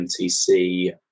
MTC